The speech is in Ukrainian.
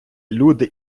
люди